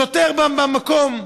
שוטר במקום.